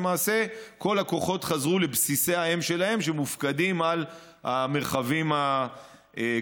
למעשה כל הכוחות חזרו לבסיסי האם שלהם שמופקדים על המרחבים הכפריים.